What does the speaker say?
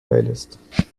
playlist